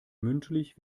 mündlich